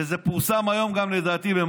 ולדעתי, זה פורסם היום גם במעריב.